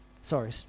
sorry